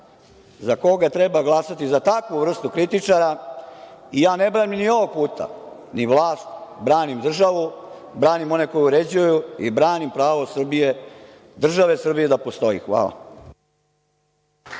za koga treba glasati, za takvu vrstu kritičara. Ja ne branim ni ovog puta ni vlast, branim državu, branim one koji uređuju i branim pravo države Srbije da postoji. Hvala.